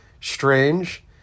strange